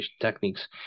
techniques